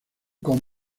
con